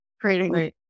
creating